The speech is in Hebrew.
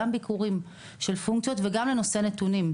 ביקורים של פונקציות ולנושא הנתונים.